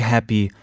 Happy